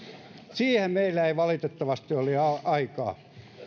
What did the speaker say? siihen meillä ei valitettavasti ole aikaa